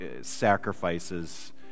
sacrifices